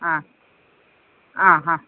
ആ ആ ഹാ